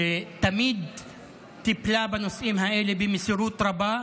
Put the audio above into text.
שתמיד טיפלה בנושאים האלה במסירות רבה,